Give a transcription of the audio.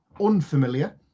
unfamiliar